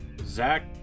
Zach